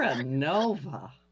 Nova